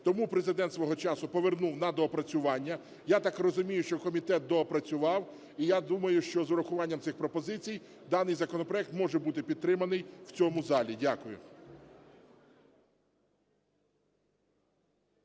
Тому Президент свого часу повернув на доопрацювання. Я так розумію, що комітет доопрацював. І я думаю, що з урахуванням цих пропозицій даний законопроект може бути підтриманий в цьому залі. Дякую.